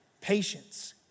patience